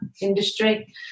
industry